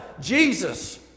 Jesus